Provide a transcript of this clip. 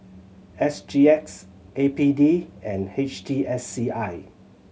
S G X A P D and H T S C I